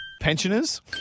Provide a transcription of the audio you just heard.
pensioners